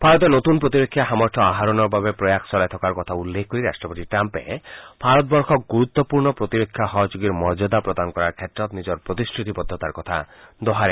ভাৰতে নতুন প্ৰতিৰক্ষা সামৰ্থ আহৰণৰ বাবে প্ৰয়াস চলাই থকাৰ কথা উল্লেখ কৰি ৰাট্টপতি ট্ৰাম্পে ভাৰতবৰ্ষক গুৰুত্বপূৰ্ণ প্ৰতিৰক্ষা সহযোগীৰ মৰ্যাদা প্ৰদান কৰাৰ ক্ষেত্ৰত নিজৰ প্ৰতিশ্ৰুতিবদ্ধতাৰ কথা দোহাৰে